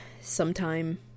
sometime